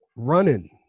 running